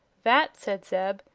that, said zeb,